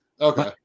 Okay